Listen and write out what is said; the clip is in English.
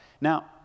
Now